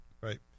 right